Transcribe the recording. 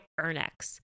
Ernex